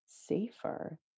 safer